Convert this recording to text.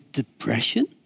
depression